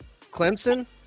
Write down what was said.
Clemson